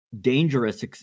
dangerous